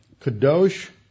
Kadosh